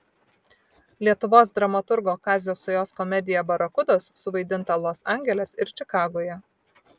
lietuvos dramaturgo kazio sajos komedija barakudos suvaidinta los angeles ir čikagoje